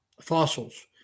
fossils